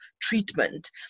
treatment